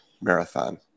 marathon